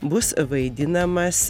bus vaidinamas